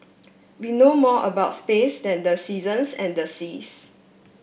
we know more about space than the seasons and the seas